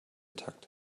takt